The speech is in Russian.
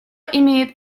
имеет